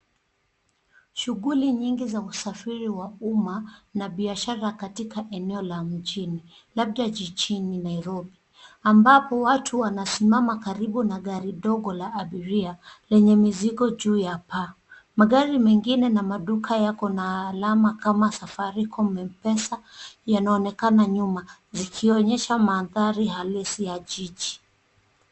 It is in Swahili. Shughuli nyingi za usafiri wa umma na biashara katika eneo la mjini labda jijini Nairobi, ambapo watu wanasimama karibu na gari dogo la abiria lenye mizigo juu ya paa. Magari mengine na maduka yako na alama kama Safaricom Mpesa yanaonekana nyuma zikionyesha mandhari halisi ya jiji.